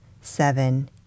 seven